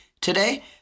today